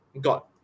got